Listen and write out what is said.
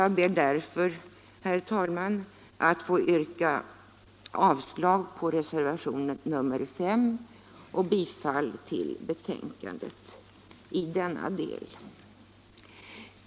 Jag ber därför, herr talman, att få yrka avslag på reservationen 5 och bifall till utskottets hemställan i denna del.